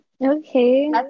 Okay